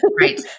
Right